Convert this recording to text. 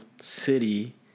city